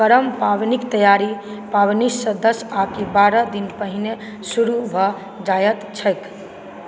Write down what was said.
करम पावनिक तैयारी पावनिसँ दस आकि बारह दिन पहिने शुरू भऽ जाइत छैक